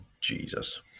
Jesus